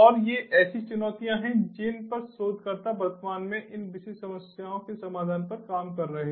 और ये ऐसी चुनौतियां हैं जिन पर शोधकर्ता वर्तमान में इन विशिष्ट समस्याओं के समाधान पर काम कर रहे हैं